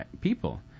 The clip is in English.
people